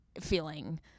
feeling